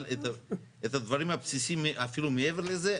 אבל את הדברים הבסיסיים אפילו מעבר לזה,